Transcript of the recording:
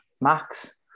max